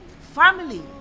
family